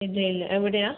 ഇല്ല ഇല്ല എവിടെയാണ്